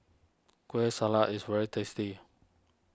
Kueh Salat is very tasty